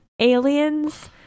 Aliens